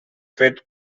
fed